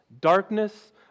darkness